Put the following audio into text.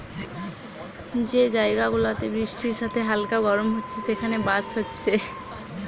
যে জায়গা গুলাতে বৃষ্টির সাথে হালকা গরম হচ্ছে সেখানে বাঁশ হচ্ছে